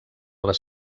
les